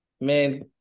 man